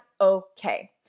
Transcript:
okay